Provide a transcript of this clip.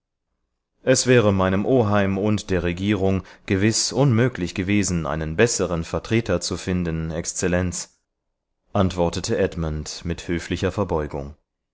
es wäre meinem oheim und der regierung gewiß unmöglich gewesen einen besseren vertreter zu finden exzellenz antwortete edmund mit höflicher verbeugung